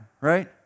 right